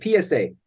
PSA